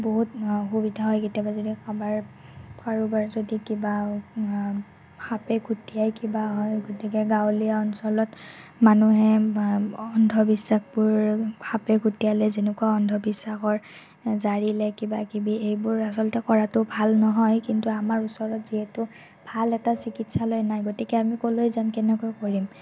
বহুত অসুবিধা হয় কেতিয়াবা যদি কাবাৰ কাৰোবাৰ যদি কিবা সাপে খুটিয়াই কিবা হয় গতিকে গাঁৱলীয়া অঞ্চলত মানুহে অন্ধবিশ্বাসবোৰ সাপে খুটিয়ালে যেনেকুৱা অন্ধবিশ্বাসৰ জাৰিলে কিবাকিবি এইবোৰ আচলতে কৰাটো ভাল নহয় কিন্তু আমাৰ ওচৰত যিহেতু ভাল এটা চিকিৎসালয় নাই গতিকে আমি ক'লৈ যাম কেনেকৈ কৰিম